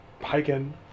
hiking